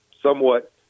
somewhat